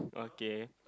okay